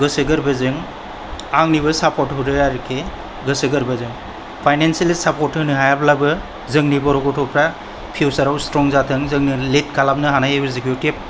गोसो गोरबोजों आंनिबो सापर्ट होदों आरोखि गोसो गोरबो जों फाइनेन्सियेलि सापर्ट होनो हायाब्लाबो जोंनि बर' गथ'फ्रा फ्यूचाराव स्ट्रं जाथों जोंखौ लिड खालामनो हानाय एग्जिक्यूटिव